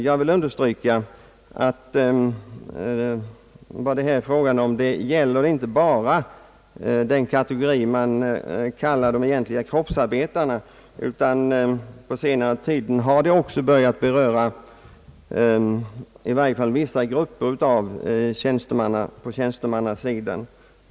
Jag vill understryka att denna fråga inte gäller bara den kategori som man kallar de egentliga kroppsarbetarna, utan på senare tid har den också berört i varje fall vissa grupper på tjänste mannasidan.